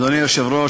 אדוני היושב-ראש,